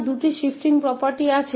दो शिफ्टिंग गुण हैं